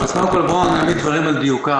קודם כול, בואו נעמיד את הדברים על דיוקם.